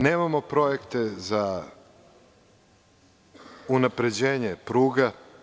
Nemamo projekte za unapređenje pruga.